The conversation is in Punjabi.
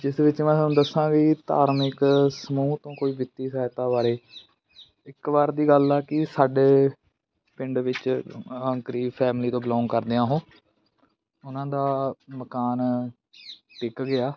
ਜਿਸ ਵਿੱਚ ਮੈਂ ਤੁਹਾਨੂੰ ਦੱਸਾਂ ਵੀ ਧਾਰਮਿਕ ਸਮੂਹ ਤੋਂ ਕੋਈ ਵਿੱਤੀ ਸਹਾਇਤਾ ਬਾਰੇ ਇੱਕ ਵਾਰ ਦੀ ਗੱਲ ਹੈ ਕਿ ਸਾਡੇ ਪਿੰਡ ਵਿੱਚ ਗਰੀਬ ਫੈਮਿਲੀ ਤੋਂ ਬਿਲੋਂਗ ਕਰਦੇ ਆ ਉਹ ਉਹਨਾਂ ਦਾ ਮਕਾਨ ਵਿਕ ਗਿਆ